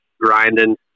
grinding